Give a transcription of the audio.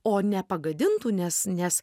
o nepagadintų nes nes